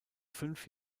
fünf